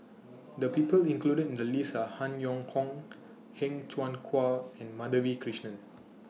The People included in The list Are Han Yong Hong Heng Cheng Hwa and Madhavi Krishnan